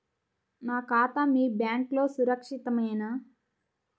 నా ఖాతా మీ బ్యాంక్లో సురక్షితమేనా?